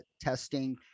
testing